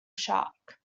shark